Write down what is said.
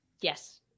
Yes